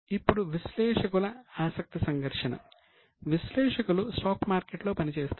ఇప్పుడు విశ్లేషకుల ఆసక్తి సంఘర్షణ విశ్లేషకులు స్టాక్ మార్కెట్లో పనిచేస్తారు